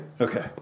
Okay